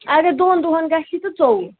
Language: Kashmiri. اگر دۄن دۄہَن گَژھِی تہٕ ژوٚوُہ